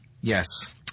Yes